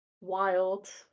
Wild